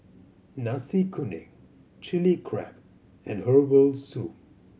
Nasi Kuning Chilli Crab and herbal soup